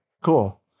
Cool